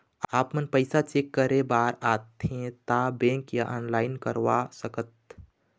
आपमन पैसा चेक करे बार आथे ता बैंक या ऑनलाइन करवा सकत?